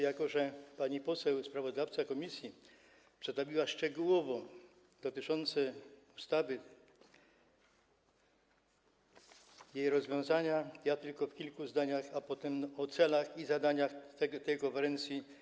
Jako że pani poseł sprawozdawca komisji przedstawiła szczegółowo kwestie dotyczące ustawy i jej rozwiązania, ja o tym tylko w kilku zdaniach, a potem o celach i zadaniach tej konferencji.